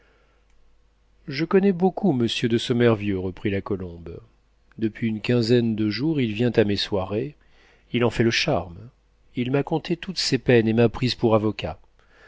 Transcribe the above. je connais beaucoup monsieur de sommervieux reprit la colombe depuis une quinzaine de jours il vient à mes soirées il en fait le charme il m'a conté toutes ses peines et m'a prise pour avocat